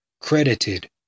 credited